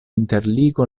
interligo